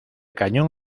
cañón